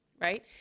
right